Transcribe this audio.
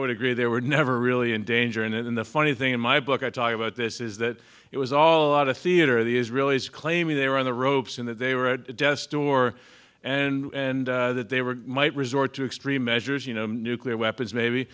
would agree they were never really in danger and the funny thing in my book i talk about this is that it was all a lot of theater the israelis claiming they were on the ropes and that they were at death's door and that they were might resort to extreme measures you know nuclear weapons maybe